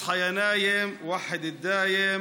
קום יָשֵׁן, יַחֵד את האל.)